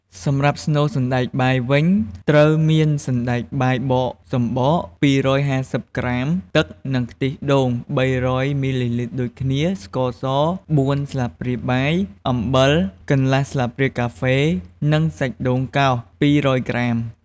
សម្រាប់ស្នូលសណ្ដែកបាយវិញត្រូវមាន សណ្ដែកបាយបកសំបក ២៥០ ក្រាម ទឹក និងខ្ទិះដូង ៣០០ មីលីលីត្រដូចគ្នា ស្ករស ៤ ស្លាបព្រាបាយ អំបិល កន្លះស្លាបព្រាកាហ្វេ និង សាច់ដូងកោស ២០០ ក្រាម។